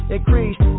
Increased